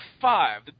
five